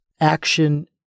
action